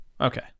okay